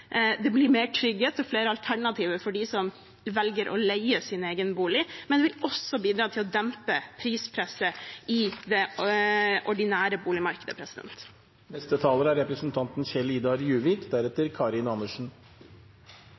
mer trygghet og flere alternativer for dem som velger å leie sin egen bolig, men det ville også bidratt til å dempe prispresset i det ordinære boligmarkedet. Et godt liv handler også om å ha et eget hjem. Jeg er